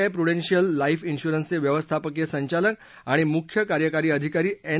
I Prudential Life इन्श्युरन्सचे व्यवस्थापकीय संचालक आणि मुख्य कार्यकारी अधिकारी एन